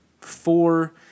four